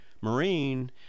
marine